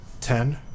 ten